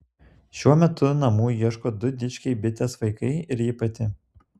šiuo metu namų ieško du dičkiai bitės vaikai ir ji pati